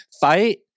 fight